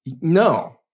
No